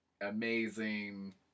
amazing